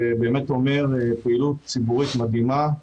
פעילות ציבורית מדהימה,